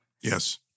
Yes